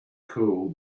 cooled